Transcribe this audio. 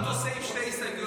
מה אתה עושה עם שתי הסתייגויות?